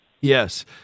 Yes